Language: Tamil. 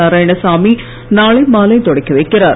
நாராயணசாமி நாளை மாலை தொடக்கி வைக்கிறார்